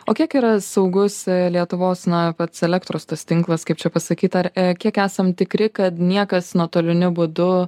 o kiek yra saugus lietuvos na pats elektros tas tinklas kaip čia pasakyt ar kiek esam tikri kad niekas nuotoliniu būdu